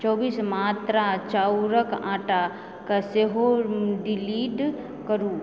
चौबीस मात्रा चाउरक आटाकऽ सेहो डिलिट करु